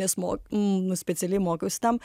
nes mo nu specialiai mokiausi tam